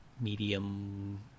medium